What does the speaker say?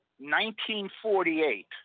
1948